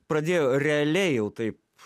pradėjo realiai jau taip